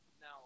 Now